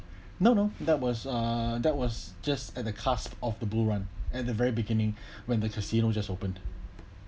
no no that was uh that was just at the cast of the bull run at the very beginning when the casino just opened